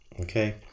okay